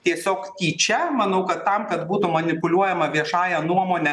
tiesiog tyčia manau kad tam kad būtų manipuliuojama viešąja nuomone